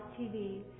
TV